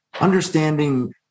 Understanding